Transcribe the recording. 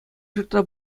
ҫуртра